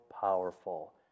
powerful